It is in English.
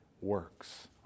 works